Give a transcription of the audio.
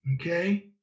Okay